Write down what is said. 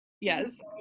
yes